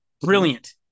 brilliant